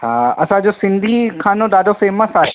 हा असांजो सिंधी खाधो ॾाढो फ़ेमस आहे